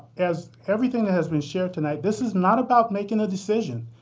as everything that has been shared tonight, this is not about making a decision.